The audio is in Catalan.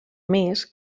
més